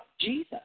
Jesus